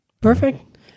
Perfect